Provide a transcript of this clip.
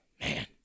man